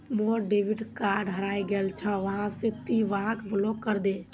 मोर debit card हरइ गेल छ वा से ति वहाक ब्लॉक करे दे